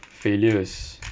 failure is